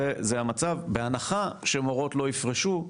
זה המצב, בהנחה שמורות לא יפרשו,